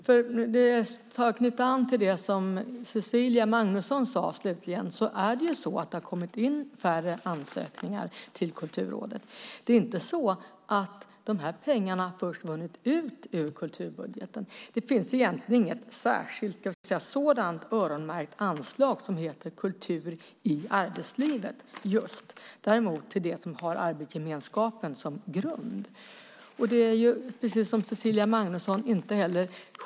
För att knyta an till det som Cecilia Magnusson sade har det kommit in färre ansökningar till Kulturrådet. Det är inte så att dessa pengar har försvunnit ut ur kulturbudgeten. Det finns egentligen inget särskilt öronmärkt anslag som heter just Kultur i arbetslivet, däremot till det som har arbetsgemenskapen som grund.